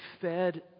fed